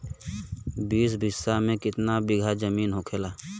बीस बिस्सा में कितना बिघा जमीन होखेला?